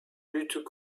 luttent